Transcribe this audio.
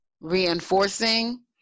reinforcing